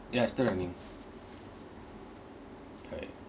ya it's still running alright